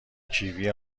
کیوی